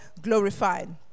glorified